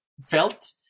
felt